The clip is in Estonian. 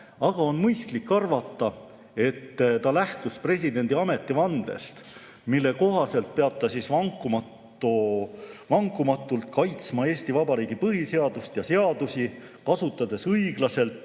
aga on mõistlik arvata, et ta lähtus presidendi ametivandest, mille kohaselt ta peab vankumatult kaitsma Eesti Vabariigi põhiseadust ja seadusi, kasutades õiglaselt